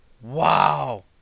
Wow